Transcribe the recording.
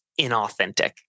inauthentic